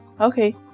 Okay